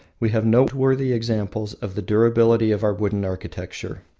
we have noteworthy examples of the durability of our wooden architecture.